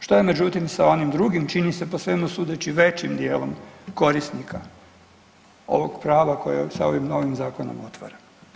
Što je međutim sa onim drugim čini se po svemu sudeći većim dijelom korisnika ovog prava koje sa ovim novim zakonom otvara?